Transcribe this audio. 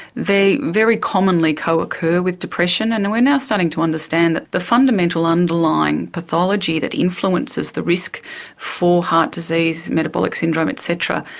they very commonly co-occur with depression, and we are now starting to understand that the fundamental underlying pathology that influences the risk for heart disease, metabolic syndrome et cetera,